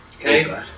Okay